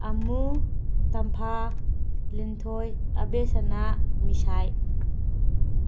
ꯑꯥꯃꯨ ꯇꯝꯐꯥ ꯂꯤꯟꯊꯣꯏ ꯑꯕꯦꯁꯅꯥ ꯃꯤꯁꯥꯏ